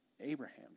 Abraham